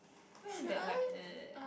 why like that like